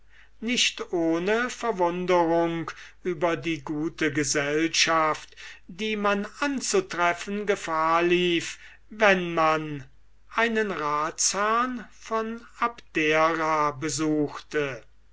nicht ohne verwunderung über die gute gesellschaft die man anzutreffen gefahr lief wenn man einen ratsherrn von abdera besuchte